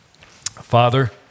Father